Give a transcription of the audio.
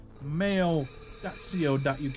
Mail.co.uk